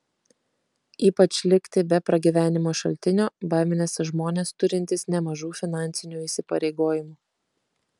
ypač likti be pragyvenimo šaltinio baiminasi žmonės turintys nemažų finansinių įsipareigojimų